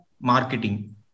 marketing